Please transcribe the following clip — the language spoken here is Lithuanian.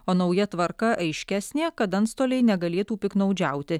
o nauja tvarka aiškesnė kad antstoliai negalėtų piktnaudžiauti